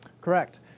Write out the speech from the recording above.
Correct